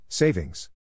Savings